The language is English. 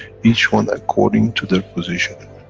each one according to their positioning.